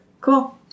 Cool